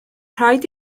rhaid